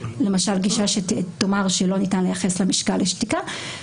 למשל גישה שתאמר שלא ניתן לייחס משקל לשתיקה.